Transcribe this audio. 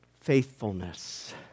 faithfulness